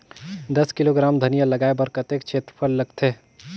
दस किलोग्राम धनिया लगाय बर कतेक क्षेत्रफल लगथे?